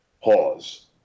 Pause